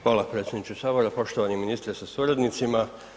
Hvala predsjedniče Sabora, poštovani ministre sa suradnicima.